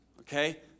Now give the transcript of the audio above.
okay